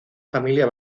familia